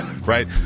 right